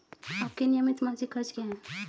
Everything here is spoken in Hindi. आपके नियमित मासिक खर्च क्या हैं?